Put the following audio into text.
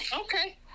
okay